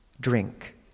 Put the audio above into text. drink